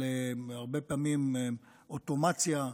הרבה פעמים אוטומציה,